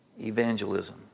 evangelism